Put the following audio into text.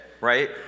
right